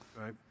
Right